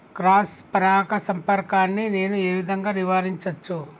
Cross పరాగ సంపర్కాన్ని నేను ఏ విధంగా నివారించచ్చు?